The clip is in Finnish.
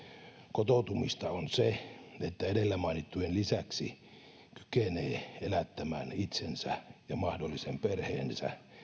kotoutumista on se että edellä mainittujen lisäksi kykenee elättämään itsensä ja mahdollisen perheensä